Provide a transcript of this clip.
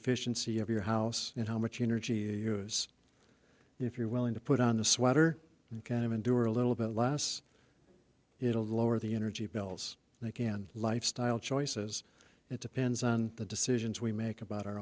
efficiency of your house and how much energy you use if you're willing to put on the sweater can endure a little bit less it'll lower the energy bills and again lifestyle choices it depends on the decisions we make about our